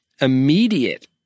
immediate